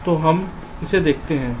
तो हम इसे देखते हैं